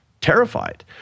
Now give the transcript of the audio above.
terrified